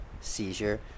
seizure